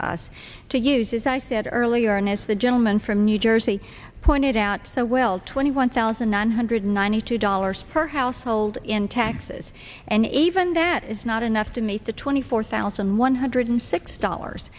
us to use as i said earlier and as the gentleman from new jersey pointed out so well twenty one thousand nine hundred ninety two dollars per household in taxes and even that is not enough to meet the twenty four thousand one hundred six dollars